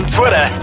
Twitter